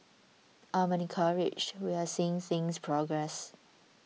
I'm encouraged we're seeing things progress